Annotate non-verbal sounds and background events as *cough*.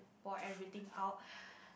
pour everything out *breath*